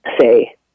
say